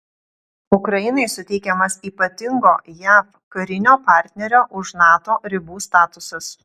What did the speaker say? ukrainai suteikiamas ypatingo jav karinio partnerio už nato ribų statusas